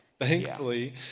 Thankfully